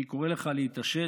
אני קורא לך להתעשת,